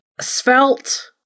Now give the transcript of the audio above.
svelte